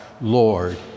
Lord